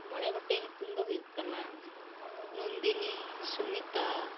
ᱢᱚᱲᱮ ᱜᱚᱴᱮᱡ ᱧᱩᱛᱩᱢ ᱫᱚ ᱦᱩᱭᱩᱜ ᱠᱟᱱᱟ ᱱᱚᱱᱫᱤᱱᱤ ᱥᱩᱢᱤᱛᱟ